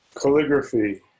calligraphy